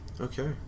Okay